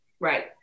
Right